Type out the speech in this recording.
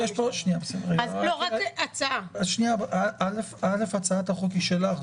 הצעת החוק היא שלך,